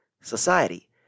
society